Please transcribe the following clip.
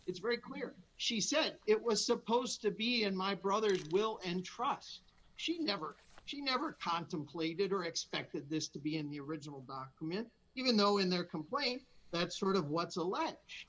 it's very clear she said it was supposed to be in my brother's will and trust she never she never contemplated or expected this to be in the original document you know in their complaint that's sort of what's a l